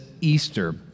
Easter